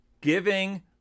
giving